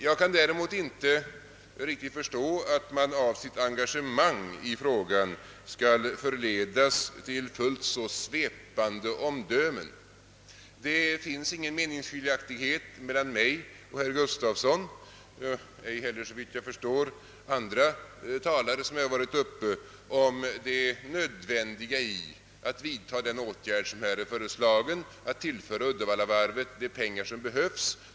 Jag kan däremot inte riktigt förstå, att man av sitt engagemang i frågan skall förledas till så svepande omdömen. Det finns ingen meningsskiljaktighet mel lan mig och herr Gustafsson och ej heller, såvitt jag förstår, mellan mig och andra talare som varit uppe om det nödvändiga i att vidta den föreslagna åtgärden att tillföra Uddevallavarvet de pengar som behövs.